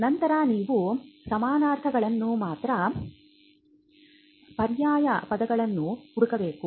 ನಂತರ ನೀವು ಸಮಾನಾರ್ಥಕಪದಗಳು ಮತ್ತು ಪರ್ಯಾಯ ಪದಗಳನ್ನು ಹುಡುಕಬೇಕು